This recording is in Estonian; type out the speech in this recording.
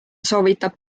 soovitab